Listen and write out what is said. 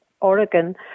Oregon